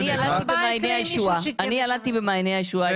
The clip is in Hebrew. הבן שלי במעייני הישועה.